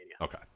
Okay